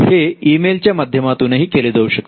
हे ई मेलच्या माध्यमातून ही केले जाऊ शकते